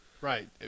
Right